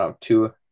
two